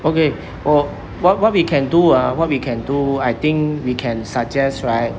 okay 我 what what we can do ah what we can do I think we can suggest right